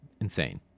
Insane